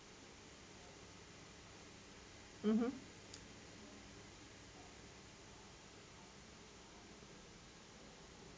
(uh huh)